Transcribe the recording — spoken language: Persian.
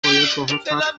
حرف